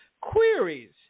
queries